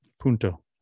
Punto